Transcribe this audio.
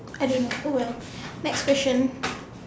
I don't know oh well next question